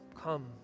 come